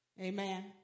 Amen